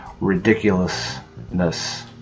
ridiculousness